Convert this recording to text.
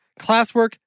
classwork